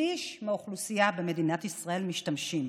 שליש מהאוכלוסייה במדינת ישראל משתמשים.